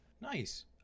nice